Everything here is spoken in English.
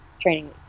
training